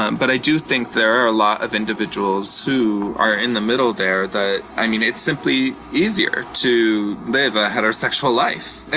um but i do think there are a lot of individuals who are in the middle there that, i mean, it's simply easier to live a heterosexual life.